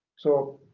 so